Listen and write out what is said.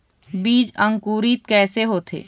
बीज अंकुरित कैसे होथे?